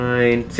Nine